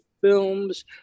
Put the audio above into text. films